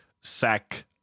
sack